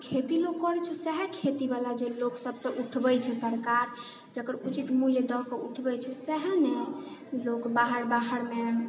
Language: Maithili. खेती लोक करै छै सएह खेतीवला जे लोकसबसँ उठबै छै सरकार जकर उचित मूल्य दऽके उठबै छै सएह ने लोक बाहर बाहरमे